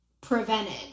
prevented